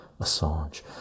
Assange